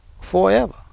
forever